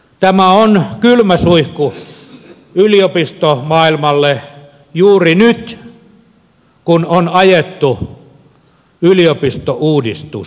tämä on kylmä suihku yliopistomaailmalle juuri nyt kun on ajettu yliopistouudistus